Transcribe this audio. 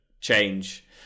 change